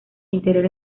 interior